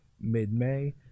mid-May